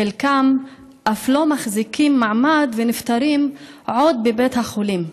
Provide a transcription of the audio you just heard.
חלקם אף לא מחזיקים מעמד ונפטרים עוד בבית החולים.